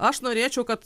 aš norėčiau kad